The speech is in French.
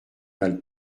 mal